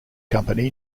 company